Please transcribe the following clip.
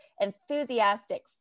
enthusiastic